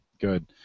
good